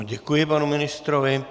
Děkuji panu ministrovi.